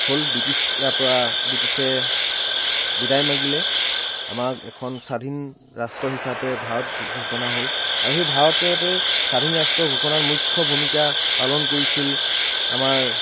হ'ল ব্ৰিটিছ ইয়াৰপৰা ব্ৰিটিছে বিদায় মাগিলে আমাক এখন স্বাধীন ৰাষ্ট্ৰ হিচাপে ভাৰত ঘোষণা হ'ল আৰু সেই ভাৰততে স্বাধীন ৰাষ্ট্ৰ ঘোষণাৰ মূখ্য ভূমিকা পালন কৰিছিল আমাৰ